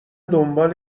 دنبال